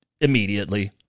immediately